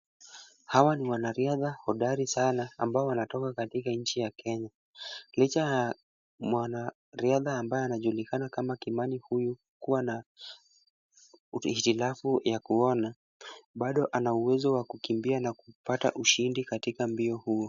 Hawa ni wanariadha hodari sana ambao wanatoka katika nchi ya Kenya. Licha ya mwanariadha ambaye anajulikana kama Kimani huyu kuwa na hitilafu ya kuona bado ana uwezo wa kukimbia na kupata ushindi katika mbio huo.